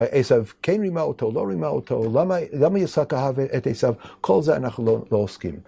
עשיו כן רימה אותו, לא רימה אותו, למה יצחק אהב את עשיו, כל זה אנחנו לא עוסקים